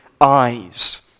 eyes